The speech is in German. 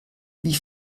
wie